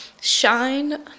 shine